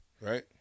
right